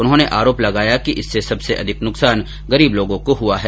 उन्होंने आरोप लगाया कि इससे सबसे अधिक नुकसान गरीब लोगों को हुआ है